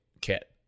kit